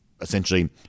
essentially